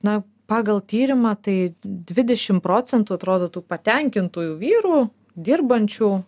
na pagal tyrimą tai dvidešimt procentų atrodo tų patenkintų vyrų dirbančių